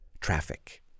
Traffic